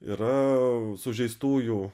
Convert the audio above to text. yra sužeistųjų